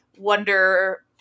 Wonder